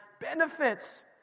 benefits